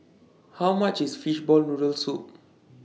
How much IS Fishball Noodle Soup